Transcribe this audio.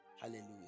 Hallelujah